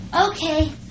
Okay